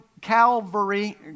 Calvary